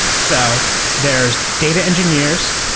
so there's data engineers,